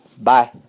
Bye